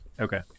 Okay